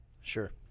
Sure